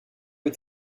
est